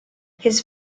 his